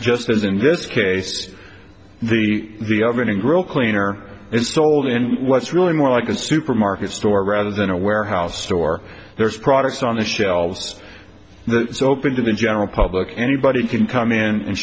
case the the oven and grill cleaner and sold in what's really more like a supermarket store rather than a warehouse store there's products on the shelves this is open to the general public anybody can come in and